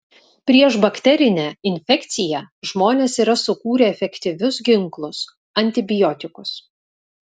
prieš bakterinę infekciją žmonės yra sukūrę efektyvius ginklus antibiotikus